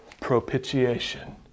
propitiation